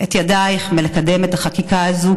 את ידייך מלקדם את החקיקה הזאת,